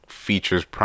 features